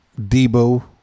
Debo